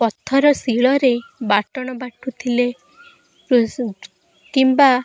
ପଥର ଶିଳରେ ବାଟଣ ବାଟୁଥିଲେ କିମ୍ବା